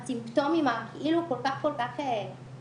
מהסימפטומים הכאילו כל כך כל כך מפחידים,